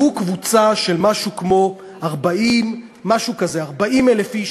שהוא קבוצה של משהו כמו 40,000 איש,